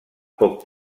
poc